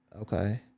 Okay